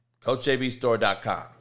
Coachjbstore.com